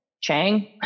Chang